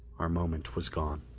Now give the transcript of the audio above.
our moment was gone.